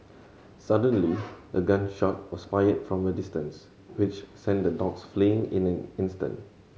suddenly a gun shot was fired from a distance which sent the dogs fleeing in an instant